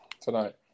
tonight